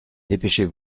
dépêchez